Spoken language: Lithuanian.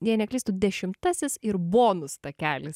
jei neklystu dešimtasis ir bonus takelis